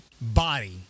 body